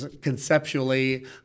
conceptually